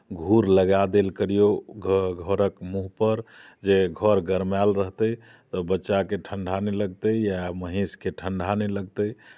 घूर लगा देल करियौ घ घरक मुँहपर जे घर गरमायल रहतै तऽ बच्चाके ठंडा नहि लगतै या महीँसके ठंडा नहि लगतै